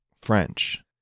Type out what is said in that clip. French